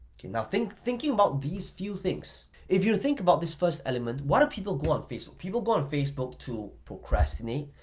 okay, now thinking about these few things. if you think about this first element, why do people go on facebook? people go on facebook to procrastinate,